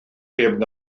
heb